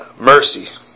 mercy